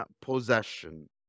possession